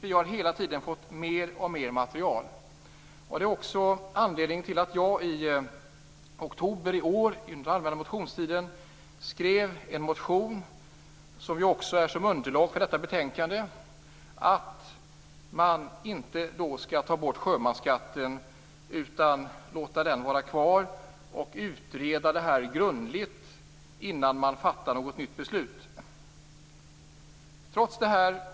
Vi har hela tiden fått alltmer material. Det är också anledningen till att jag i oktober i år, under den allmänna motionstiden, skrev en motion som också är underlag för detta betänkande. Där säger jag att man inte skall ta bort sjömansskatten. I stället menar jag att den skall få vara kvar. Dessutom måste detta utredas grundligt innan nytt beslut fattas.